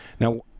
Now